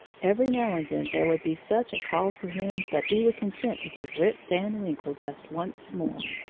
every now and then there would be such a call for him that he would consent to give rip van winkle just once more.